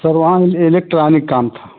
sir वहाँ electronic काम था